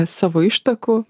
savo ištakų